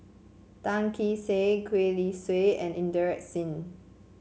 Tan Kee Sek Gwee Li Sui and Inderjit Singh